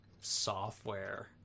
software